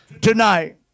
tonight